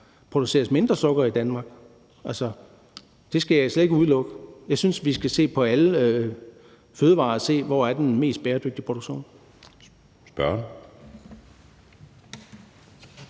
produceres mindre sukker i Danmark. Altså, det skal jeg slet ikke udelukke. Jeg synes, at vi skal se på alle fødevarer og se på, hvor den mest bæredygtige produktion er.